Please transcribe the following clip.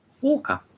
Walker